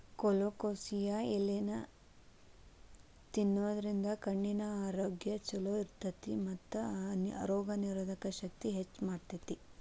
colocasia ಎಲಿನಾ ತಿನ್ನೋದ್ರಿಂದ ಕಣ್ಣಿನ ಆರೋಗ್ಯ್ ಚೊಲೋ ಇರ್ತೇತಿ ಮತ್ತ ರೋಗನಿರೋಧಕ ಶಕ್ತಿನ ಹೆಚ್ಚ್ ಮಾಡ್ತೆತಿ